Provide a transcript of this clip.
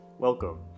Welcome